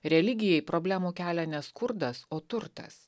religijai problemų kelia ne skurdas o turtas